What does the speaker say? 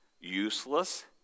useless